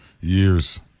years